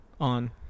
On